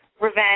Revenge